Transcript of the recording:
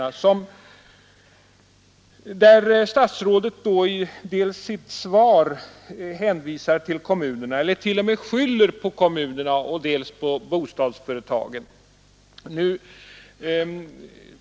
I sitt svar hänvisar statsrådet till kommunerna och bostadsföretagen — ja, han t.o.m. skyller på dem.